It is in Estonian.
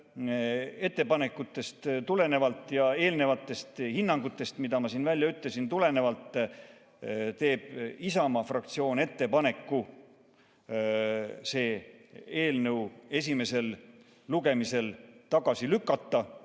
ettepanekutest ja eelnevatest hinnangutest, mida ma siin välja ütlesin, teeb Isamaa fraktsioon ettepaneku see eelnõu esimesel lugemisel tagasi lükata